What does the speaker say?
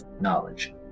knowledge